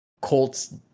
Colts